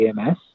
AMS